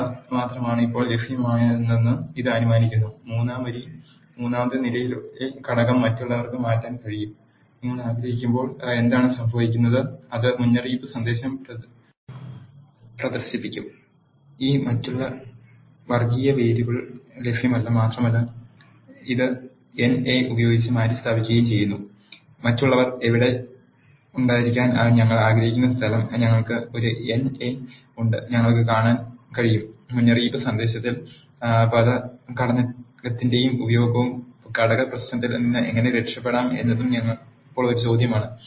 ഇവ മാത്രമാണ് ഇപ്പോൾ ലഭ്യമായതെന്ന് ഇത് അനുമാനിക്കുന്നു മൂന്നാം വരി മൂന്നാമത്തെ നിരയിലെ ഘടകം മറ്റുള്ളവർക്ക് മാറ്റാൻ നിങ്ങൾ ആഗ്രഹിക്കുമ്പോൾ എന്താണ് സംഭവിക്കുന്നത് അത് മുന്നറിയിപ്പ് സന്ദേശം പ്രദർശിപ്പിക്കും ഈ മറ്റുള്ളവ വർ ഗ്ഗീയ വേരിയബിൾ ലഭ്യമല്ല മാത്രമല്ല ഇത് എൻ എ ഉപയോഗിച്ച് മാറ്റിസ്ഥാപിക്കുകയും ചെയ്യുന്നു മറ്റുള്ളവർ അവിടെ ഉണ്ടായിരിക്കാൻ ഞങ്ങൾ ആഗ്രഹിക്കുന്ന സ്ഥലം ഞങ്ങൾക്ക് ഒരു എൻ എ ഉണ്ട് ഞങ്ങൾക്ക് കഴിയും മുന്നറിയിപ്പ് സന്ദേശത്തിൽ പദ ഘടകത്തിന്റെ ഉപയോഗവും ഘടക പ്രശ് നത്തിൽ നിന്ന് എങ്ങനെ രക്ഷപ്പെടാം എന്നതും ഇപ്പോൾ ചോദ്യമാണ്